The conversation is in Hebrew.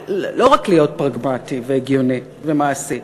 לא רק להיות פרגמטי והגיוני ומעשי.